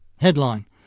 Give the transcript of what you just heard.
Headline